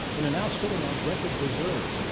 and they're now sitting on record reserves.